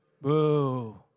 boo